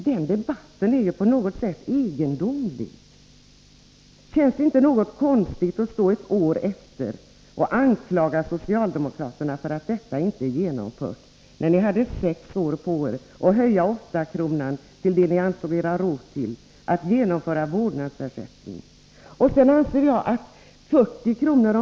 Den debatten är på något sätt egendomlig, Karin Israelsson. Känns det inte något konstigt att stå här ett år efteråt och anklaga socialdemokraterna för att detta inte är genomfört, när ni hade sex år på er att höja åttakronan så mycket ni ansåg er ha råd till och införa vårdnadsersättning? Vidare anser jag att på 40 kr.